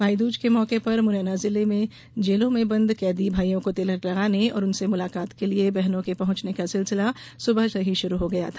भाईद्ज के मौके पर मुरैना जिले में जेलों में बंद कैदी भाईयों को तिलक लगाने और उनसे मुलाकात के लिये बहनों के पहुंचनें का सिलसिला सुबह से शुरू हो गया था